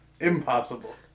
Impossible